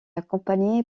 accompagné